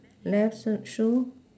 left s~ shoe